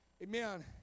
Amen